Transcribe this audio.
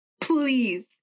please